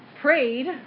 prayed